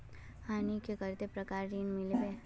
हमनी के कते प्रकार के ऋण मीलोब?